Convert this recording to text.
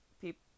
people